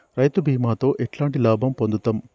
రైతు బీమాతో ఎట్లాంటి లాభం పొందుతం?